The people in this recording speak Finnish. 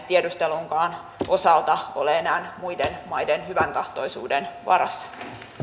tiedustelunkaan osalta ole enää muiden maiden hyväntahtoisuuden varassa